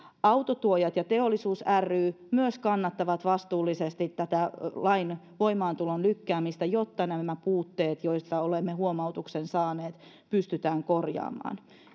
autotuojat ja teollisuus ry myös kannattaa vastuullisesti tätä lain voimaantulon lykkäämistä jotta nämä nämä puutteet joista olemme huomautuksen saaneet pystytään korjaamaan